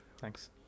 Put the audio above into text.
Thanks